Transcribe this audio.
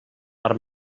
per